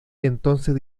entonces